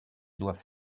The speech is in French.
doivent